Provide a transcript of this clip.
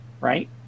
right